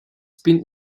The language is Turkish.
bin